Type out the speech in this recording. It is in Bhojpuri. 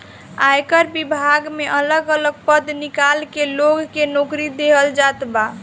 आयकर विभाग में अलग अलग पद निकाल के लोग के नोकरी देहल जात बा